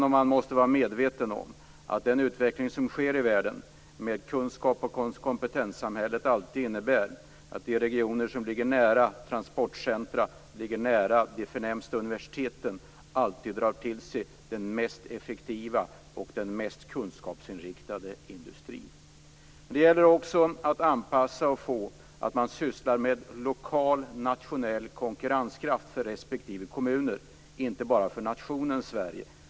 Man måste vara medveten om den utveckling som kunskaps och kompetenssamhället innebär i världen, dvs. de regioner som ligger nära transportcentrum och de förnämsta universiteten drar alltid till sig den mest effektiva och kunskapsinriktade industrin. Det gäller också att kommuner anpassar sig till att syssla med lokal nationell konkurrenskraft. Det gäller inte bara för nationen Sverige.